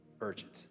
urgent